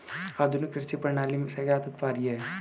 आधुनिक कृषि प्रणाली से क्या तात्पर्य है?